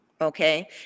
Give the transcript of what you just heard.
Okay